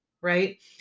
right